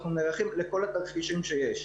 אנחנו נערכים לכל התרחישים שיש.